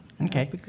Okay